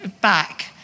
back